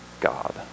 God